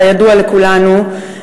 כידוע לכולנו,